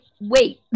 wait